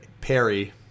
Perry